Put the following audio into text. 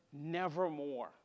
nevermore